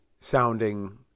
sounding